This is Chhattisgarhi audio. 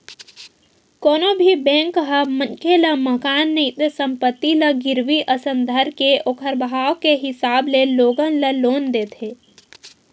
कोनो भी बेंक ह मनखे ल मकान नइते संपत्ति ल गिरवी असन धरके ओखर भाव के हिसाब ले लोगन ल लोन देथे